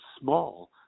small